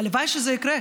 הלוואי שזה יקרה,